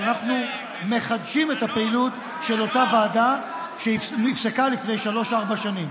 אבל אנחנו מחדשים את הפעילות של אותה ועדה שנפסקה לפני שלוש-ארבע שנים.